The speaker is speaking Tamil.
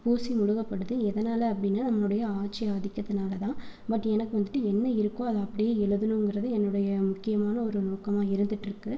பூசி முழுகப்படுது எதனால் அப்படினா நம்மளுடைய ஆட்சி ஆதிக்கத்தனால தான் பட் எனக்கு வந்துட்டு என்ன இருக்கோ அதை அப்படியே எழுதணுங்கிறது என்னுடைய முக்கியமான ஒரு நோக்கமாக இருந்துகிட்ருக்கு